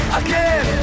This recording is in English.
again